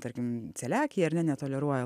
tarkim celiakija ar ne netoleruoja